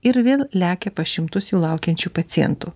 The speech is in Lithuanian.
ir vėl lekia pas šimtus jų laukiančių pacientų